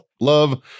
Love